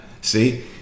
see